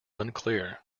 unclear